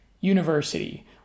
University